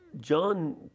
John